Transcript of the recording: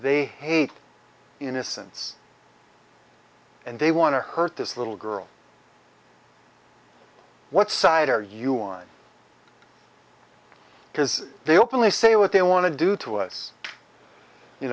they hate innocence and they want to hurt this little girl what side are you on because they openly say what they want to do to us you